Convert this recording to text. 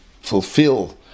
fulfill